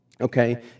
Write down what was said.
okay